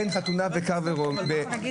בין חתונה ו- -- תודה.